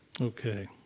Okay